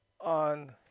on